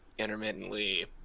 Intermittently